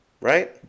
Right